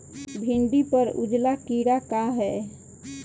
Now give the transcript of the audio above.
भिंडी पर उजला कीड़ा का है?